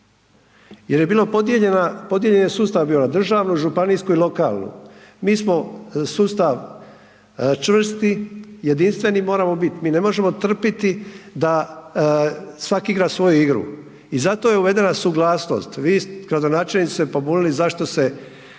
jer je bio podijeljen sustav na državnu, županijsku i lokalnu. Mi smo sustav čvrsti i jedinstveni moramo biti, mi ne možemo trpiti da svak igra svoju igru i zato je uvedena suglasnost. Gradonačelnici su se pobunili zašto se